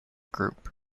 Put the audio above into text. group